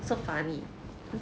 so funny